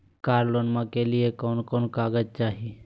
कार लोनमा के लिय कौन कौन कागज चाही?